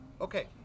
Okay